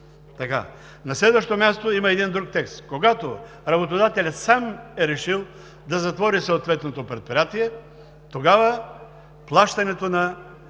На следващо място, има един друг текст: когато работодателят сам е решил да затвори съответното предприятие, тогава плащането на